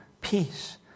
peace